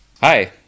Hi